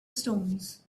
stones